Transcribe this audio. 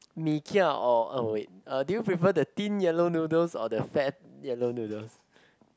mee kia or uh wait do you prefer the thin yellow noodles or the fat yellow noodles